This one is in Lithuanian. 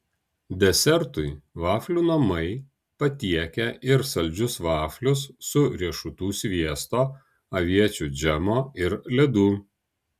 desertui vaflių namai patiekia ir saldžius vaflius su riešutų sviesto aviečių džemo ir ledų